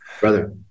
Brother